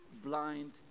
blind